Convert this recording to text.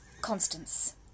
Constance